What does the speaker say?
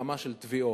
ברמה של תביעות.